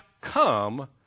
come